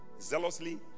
Zealously